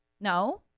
No